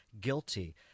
guilty